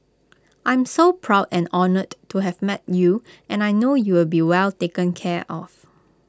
I'm so proud and honoured to have met you and I know you'll be well taken care of